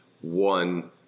one